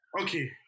Okay